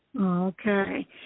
Okay